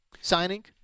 signing